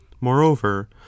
moreover